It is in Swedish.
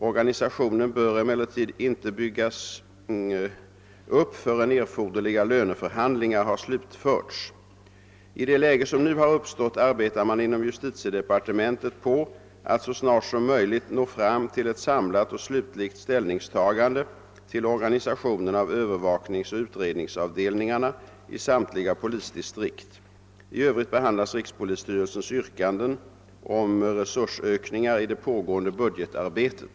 Organisationen bör emellertid inte byggas upp förrän erforderliga löneförhandlingar har slutförts. I det läge som nu har uppstått arbetar man inom justitiedepartementet på att så snart som möjligt nå fram till elt samlat och slutligt ställningstagande till organisationen av övervakningsoch utredningsavdelningarna i samtliga polisdistrikt. I övrigt behandlas rikspolisstyrelsens yrkanden om resursökningar i det pågående budgetarbetet.